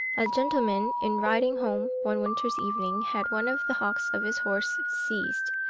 a gentleman in riding home one winter's evening, had one of the hocks of his horse seized,